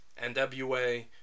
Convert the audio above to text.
NWA